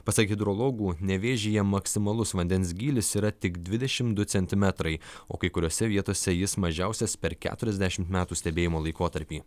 pasak hidrologų nevėžyje maksimalus vandens gylis yra tik dvidešimt du centimetrai o kai kuriose vietose jis mažiausias per keturiasdešimt metų stebėjimo laikotarpį